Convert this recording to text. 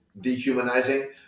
dehumanizing